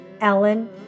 Ellen